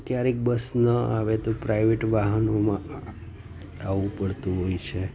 તો ક્યારેક બસ ન આવે તો પ્રાઇવેટ વાહનોમાં આવવું પડતું હોય છે